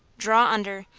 draw under,